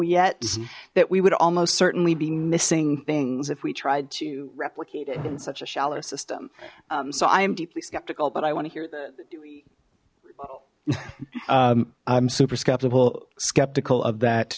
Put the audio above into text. yet that we would almost certainly be missing things if we tried to replicate it in such a shallow system so i am deeply skeptical but i want to hear the i'm super skeptical skeptical of